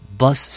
bus